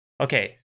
Okay